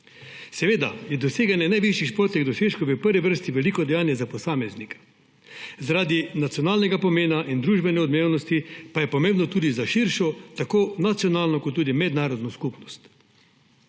Seveda je doseganje najvišjih športnih dosežkov v prvi vrsti veliko dejanje za posameznika. Zaradi nacionalnega pomena in družbene odmevnosti pa je pomembno tudi za širšo tako nacionalno kot tudi mednarodno skupnost.